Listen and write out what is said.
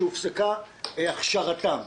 שהופסקה הכשרתם.